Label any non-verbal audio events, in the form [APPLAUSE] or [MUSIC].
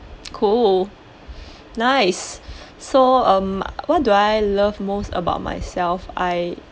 [LAUGHS] cool nice so um what do I love about myself I